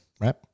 Right